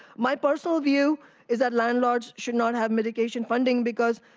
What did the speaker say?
my personal view is that landlords should not have medication funding because,